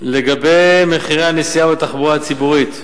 לגבי מחירי הנסיעה בתחבורה הציבורית,